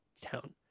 town